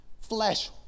flesh